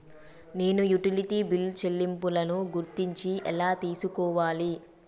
నేను utility bill చెల్లింపులను గురించి ఎలా తెలుసుకోవాలి?